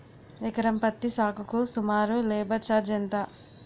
ఎకరం పత్తి సాగుకు సుమారు లేబర్ ఛార్జ్ ఎంత?